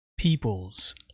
peoples